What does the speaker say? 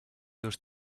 dos